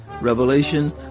revelation